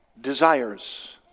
desires